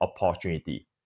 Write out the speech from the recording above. opportunity